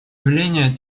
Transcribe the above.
явления